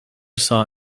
saw